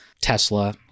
tesla